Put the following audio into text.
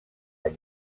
per